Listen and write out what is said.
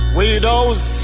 widows